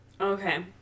Okay